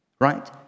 right